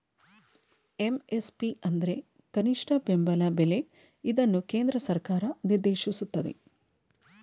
MSP ಅಂದ್ರೆ ಕನಿಷ್ಠ ಬೆಂಬಲ ಬೆಲೆ ಇದನ್ನು ಕೇಂದ್ರ ಸರ್ಕಾರ ನಿರ್ದೇಶಿಸುತ್ತದೆ